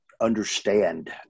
understand